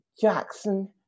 Jackson